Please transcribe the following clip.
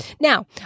Now